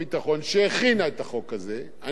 אני מאמין בו ותומך בו,